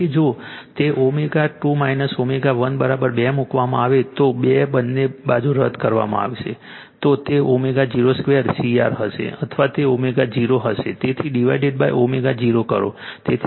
તેથી જો તે ω2 ω 1 2 મુકવામાં આવે તો 2 બંને બાજુ રદ કરવામાં આવશે તો તે ω02 CR હશે અથવા તે ω0 હશે તેથી ડિવાઇડ ω0 કરો